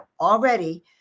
already